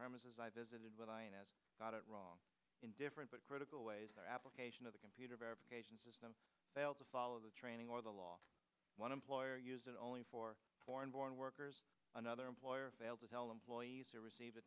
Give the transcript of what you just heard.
promised as i visited but i got it wrong in different but critical ways the application of the computer verification system failed to follow the training or the law one employer use it only for foreign born workers another employer failed to tell employees or receive a